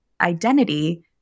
identity